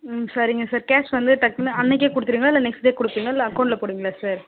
ம் சரிங்க sir cash வந்து டக்குனு அன்றைக்கே கொடுத்துருவீங்களா இல்லை நெக்ஸ்ட் டே கொடுப்பீங்களா இல்லை அக்கௌண்ட்டில் போடுவீங்களா சார்